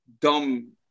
dumb